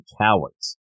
cowards